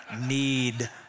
need